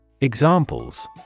Examples